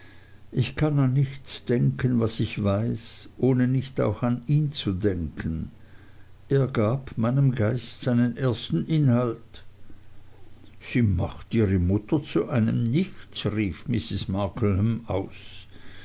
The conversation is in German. ich kann an nichts denken was ich weiß ohne nicht auch an ihn zu denken er gab meinem geist seinen ersten inhalt sie macht ihre mutter zu einem nichts rief mrs markleham aus